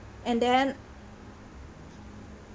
and then